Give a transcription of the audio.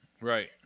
Right